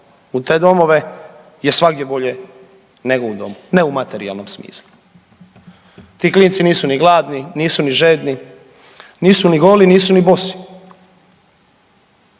u te domove je svagdje bolje nego u domu, ne u materijalnom smislu. Ti klinci nisu ni gladni, nisu ni žedni, nisu ni goli, nisu ni bosi,